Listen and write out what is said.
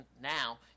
Now